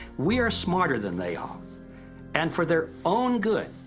we are smarter than they are and for their own good,